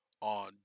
on